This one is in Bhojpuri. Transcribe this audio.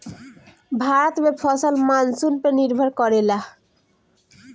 भारत में फसल मानसून पे निर्भर करेला